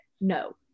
no